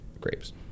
grapes